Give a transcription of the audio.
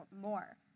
more